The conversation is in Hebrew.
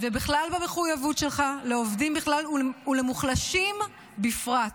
ובכלל על המחויבות שלך לעובדים בכלל ולמוחלשים בפרט.